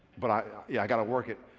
but i yeah got to work it.